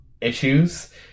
issues